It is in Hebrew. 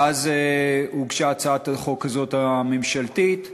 ואז הוגשה הצעת החוק הזאת, הממשלתית.